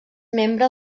membre